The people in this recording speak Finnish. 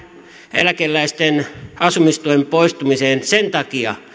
eläkeläisten asumistuen poistumiseen sen takia